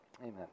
Amen